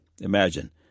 Imagine